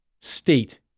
state